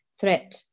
threat